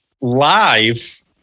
live